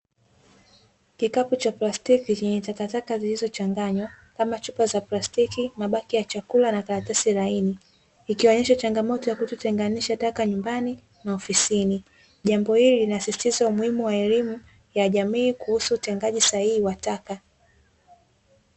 Kikapu cha plastiki chenye takataka zilizochanganywa, kama chupa za plastiki, mabaki ya chakula, na karatasi laini, ikionyesha changamoto ya kutotenganisha taka nyumbani na ofisini. Jambo hili linasisitiza umuhimu wa elimu ya jamii kuhusu utengaji sahihi wa taka.